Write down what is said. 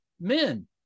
men